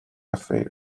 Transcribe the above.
affair